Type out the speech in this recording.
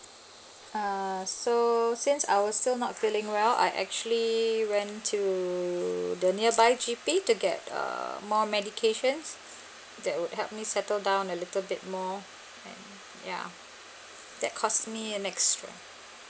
uh so since I was so not feeling well I actually went to the nearby G_P to get err more medications that would help me settle down a little bit more and ya that cost me an extra